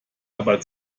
aber